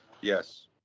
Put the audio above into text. yes